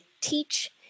teach